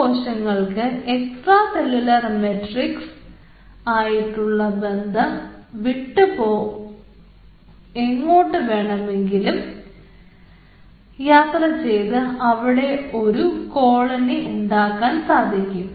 ഈ കോശങ്ങൾക്ക് extra cellular matrix ആയിട്ടുള്ള ബന്ധം വിട്ട് എങ്ങോട്ട് വേണമെങ്കിലും യാത്ര ചെയ്തു അവിടെ ഒരു കോളണി ഉണ്ടാക്കാൻ സാധിക്കും